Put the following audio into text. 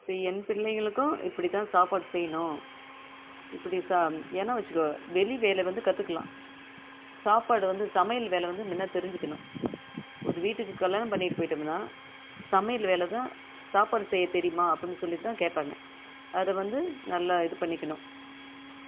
இப்ப என் பிள்ளைகளுக்கும் இப்படி தான் சாப்பாடு செய்யணும் இப்படி சா ஏன்னா வச்சுக்கோ வெளி வேலை வந்து கத்துக்கலாம் சாப்பாடு வந்து சமையல் வேலை வந்து முன்ன தெரிஞ்சிக்கணும் ஒரு வீட்டுக்கு கல்யாணம் பண்ணிட்டு போய்ட்டம்ன்னா சமையல் வேலைதான் சாப்பாடு செய்ய தெரியுமா அப்படினு சொல்லி தான் கேட்பாங்க அதை வந்து நல்லா இது பண்ணிக்கணும்